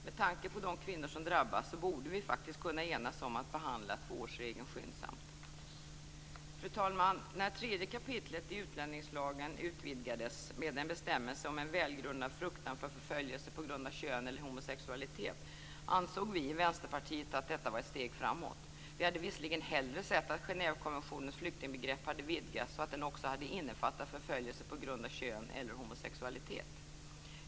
Med tanke på de kvinnor som drabbas borde vi faktiskt kunna enas om att behandla tvåårsregeln skyndsamt. Fru talman! När 3 § i utlänningslagen utvidgades med en bestämmelse om välgrundad fruktan för förföljelse på grund av kön eller homosexualitet ansåg vi i Vänsterpartiet att detta var ett steg framåt. Vi hade visserligen hellre sett att Genèvekonventionens flyktingbegrepp hade vidgats så att den också innefattade förföljelse på grund av kön eller homosexualitet.